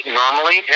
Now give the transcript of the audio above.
normally